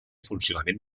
funcionament